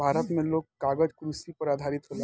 भारत मे लोग कागज कृषि पर आधारित होला